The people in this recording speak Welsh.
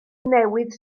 newydd